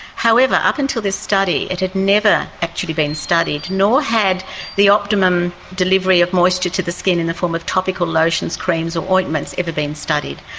however up until this study it had never actually been studied, nor had the optimum delivery of moisture to the skin in the form of topical lotions, creams or ointments ever been studied.